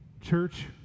Church